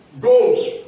Go